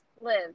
live